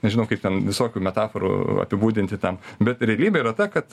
nežinau kaip ten visokių metaforų apibūdinti tem bet realybė yra ta kad